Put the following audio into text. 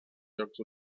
jocs